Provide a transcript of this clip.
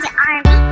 army